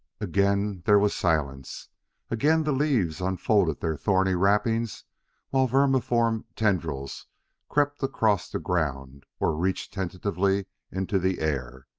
again there was silence again the leaves unfolded their thorny wrappings while vermiform tendrils crept across the ground or reached tentatively into the air.